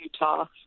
Utah